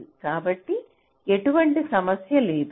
కాబట్టి ఎటువంటి సమస్య లేదు